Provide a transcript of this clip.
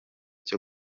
cyo